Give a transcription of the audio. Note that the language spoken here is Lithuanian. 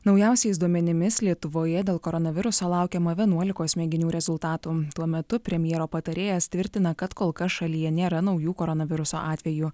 naujausiais duomenimis lietuvoje dėl koronaviruso laukiama vienuolikos mėginių rezultatų tuo metu premjero patarėjas tvirtina kad kol kas šalyje nėra naujų koronaviruso atvejų